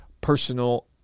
personal